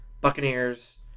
Buccaneers